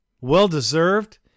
well-deserved